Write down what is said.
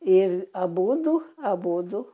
ir abudu abudu